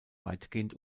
weitgehend